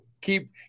keep